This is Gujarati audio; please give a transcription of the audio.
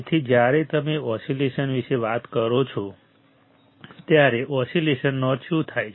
તેથી જ્યારે તમે ઓસિલેશન વિશે વાત કરો છો ત્યારે ઓસિલેશનનો અર્થ શું થાય છે